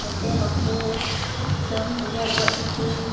ᱡᱟᱛᱮ ᱵᱟᱠᱚ ᱡᱚᱢ ᱜᱮᱨ ᱜᱚᱡ ᱠᱚᱛᱤᱧ